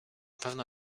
pewno